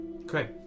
Okay